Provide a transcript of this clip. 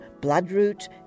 bloodroot